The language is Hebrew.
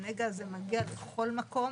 הנגע הזה מגיע לכל מקום.